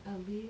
habis